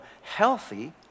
healthy